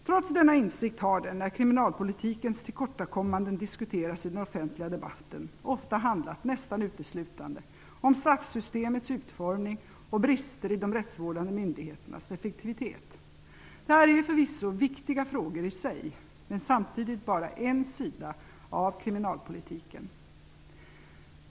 Trots denna insikt har det, när kriminalpolitikens tillkortakommanden diskuteras i den offentliga debatten, ofta handlat nästan uteslutande om straffsystemets utformning och brister i de rättsvårdande myndigheternas effektivitet. Detta är förvisso viktiga frågor i sig, men samtidigt bara en sida av kriminalpolitiken.